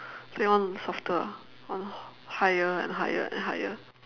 they want softer ah ya lor higher and higher and higher